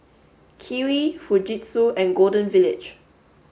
Kiwi Fujitsu and Golden Village